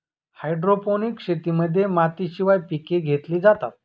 hydroponics शेतीमध्ये मातीशिवाय पिके घेतली जातात